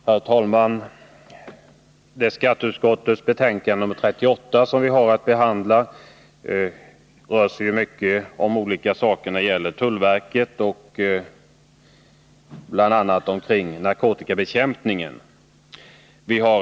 Herr talman! Skatteutskottets betänkande nr 38, som vi nu har att fatta beslut om, handlar till stora delar om tullverket, och då bl.a. om narkotikabekämpningen.